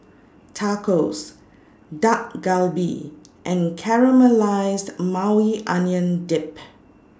Tacos Dak Galbi and Caramelized Maui Onion Dip